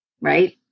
Right